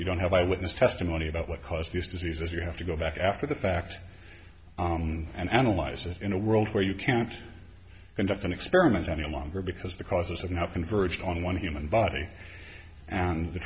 you don't have eyewitness testimony about what caused these diseases you have to go back after the fact and analyze it in a world where you can't conduct an experiment any longer because the causes of you have converged on one human body and the